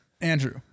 Andrew